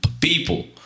people